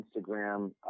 Instagram